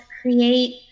create